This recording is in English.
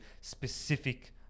specific